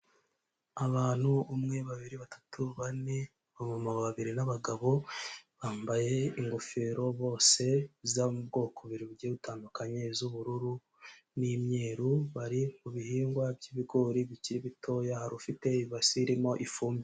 Abantu umwe, babiri, batatu, bane ba mama babiri ni abagabo bambaye ingofero bose zo mu bwoko bubiri bugiye butandukanye z'ubururu n'imyeru bari mubi bihingwa by'ibigori bikiri bitoya hari ufite ibasi irimo ifumbire.